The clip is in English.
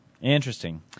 Interesting